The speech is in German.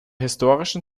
historischen